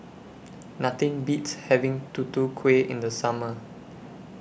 Nothing Beats having Tutu Kueh in The Summer